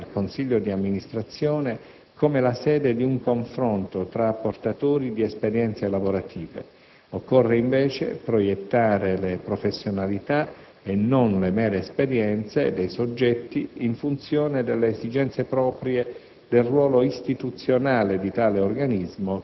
è da dire che non si può comunque considerare il consiglio d'amministrazione come la sede di un confronto tra portatori di esperienze lavorative; occorre invece proiettare le professionalità, e non le mere «esperienze», dei soggetti in funzione delle esigenze proprie